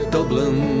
Dublin